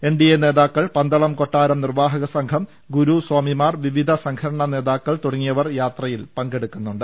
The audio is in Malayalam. എൻ ഡി എ നേതാക്കൾ പന്തളം കൊട്ടാരം നിർവാഹക സംഘം ഗുരു സ്വാമിമാർ വിവിധ സംഘടനാ നേതാക്കൾ തുടങ്ങിയവർ യാത്രയിൽ പങ്കെടുക്കുന്നുണ്ട്